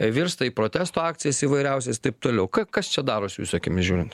virsta į protesto akcijas įvairiausias taip toliau ka kas čia darosi jūsų akimis žiūrint